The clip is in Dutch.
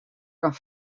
kan